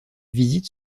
visites